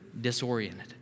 disoriented